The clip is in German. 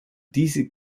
diese